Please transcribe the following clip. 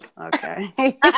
Okay